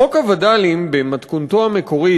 חוק הווד"לים במתכונתו המקורית,